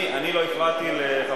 אני לא הפרעתי.